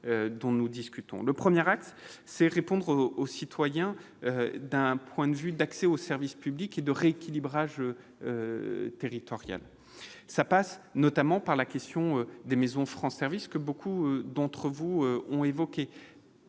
le 1er axe c'est répondre aux citoyens d'un point de vue d'accès au service public et de rééquilibrage territorial ça passe notamment par la question des Maisons France service que beaucoup d'entre vous ont évoqué,